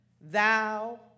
thou